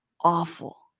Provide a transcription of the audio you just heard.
awful